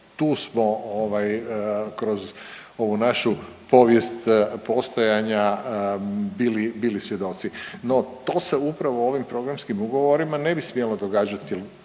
tu smo ovaj kroz ovu našu povijest postojanja bili, bili svjedoci. No to se upravo ovim programskim ugovorima ne bi smjelo događati